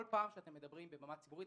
כל פעם שאתם מדברים ברמה ציבורית,